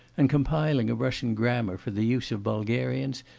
and compiling a russian grammar for the use of bulgarians,